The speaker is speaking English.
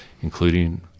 including